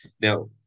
Now